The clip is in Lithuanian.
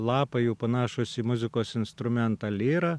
lapai jų panašūs į muzikos instrumentą lyrą